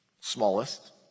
smallest